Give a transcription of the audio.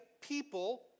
people